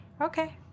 Okay